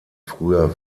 früher